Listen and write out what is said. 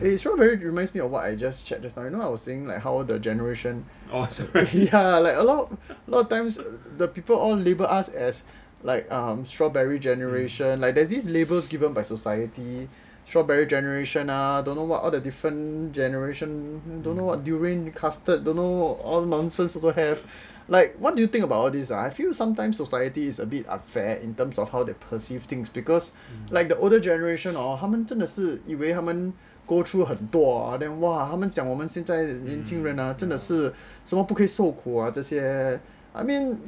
eh strawberry reminds me of what I just chat just now you know I was just saying how the generation like a lot of times the people all label us as like um strawberry generation like there's these labels given by society strawberry generation ah don't know what all the other different generation don't know what durian custard and all the nonsense also have like what do you think about all this ah sometimes I feel society a bit unfair in terms of how they perceive things because like the older generation hor 他们真的是以为他们 go through 很多 hor then !wah! 他们讲我们现在年轻人什么不可以受苦啊那些 I mean